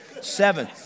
Seven